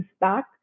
back